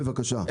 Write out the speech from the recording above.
בבקשה.